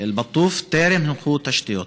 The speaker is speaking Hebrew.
אל-בטוף טרם הונחו תשתיות.